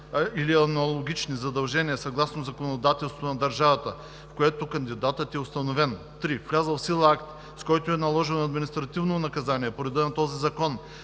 или аналогични задължения съгласно законодателството на държавата, в която кандидатът е установен; 3. влязъл в сила акт, с който е наложено административно наказание по реда на този закон,